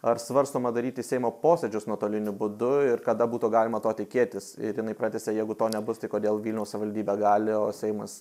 ar svarstoma daryti seimo posėdžius nuotoliniu būdu ir kada būtų galima to tikėtis ir jinai pratęsė jeigu to nebus tai kodėl vilniaus savivaldybė gali o seimas